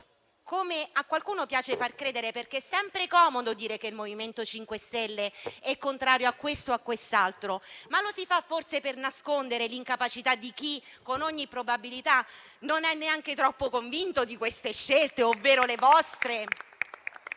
come a qualcuno piace far credere, perché è sempre comodo dire che il MoVimento 5 Stelle è contrario a questo o a quest'altro; ma non lo si fa forse per nascondere l'incapacità di chi, con ogni probabilità, non è neanche troppo convinto di queste scelte ovvero le vostre?